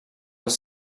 els